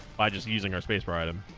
by just using our space bar item